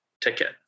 ticket